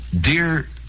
Dear